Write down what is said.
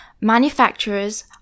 Manufacturers